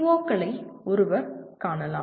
க்களை ஒருவர் காணலாம்